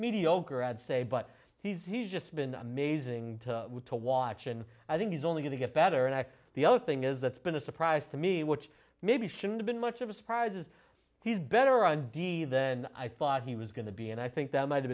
mediocre i'd say but he's he's just been amazing to watch and i think he's only going to get better and the other thing is that's been a surprise to me which maybe should have been much of a surprise is he's better on d then i thought he was going to be and i think that might have